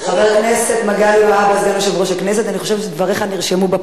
לחבר הכנסת זאב אלקין היתה הזכות המלאה לבוא להגיב,